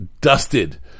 Dusted